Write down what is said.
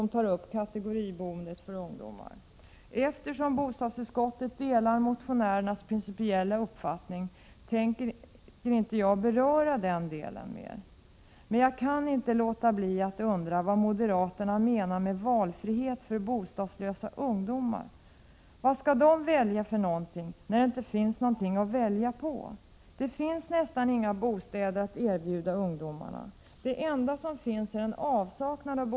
Eftersom bostadsutskottet delar motionärernas principiella uppfattning tänker jag inte beröra den delen mer. Men jag kan inte låta bli att undra, vad moderaterna menar med valfrihet för bostadslösa ungdomar. Vad skall de välja för någonting när det inte finns något att välja på? Det finns nästan inga bostäder att erbjuda ungdomarna, det enda som finns är avsaknad av Prot.